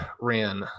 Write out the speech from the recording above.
ran